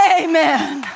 amen